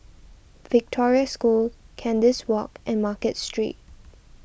Victoria School Kandis Walk and Market Street